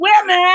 women